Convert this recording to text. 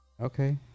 Okay